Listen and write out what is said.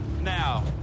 Now